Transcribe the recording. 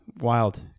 Wild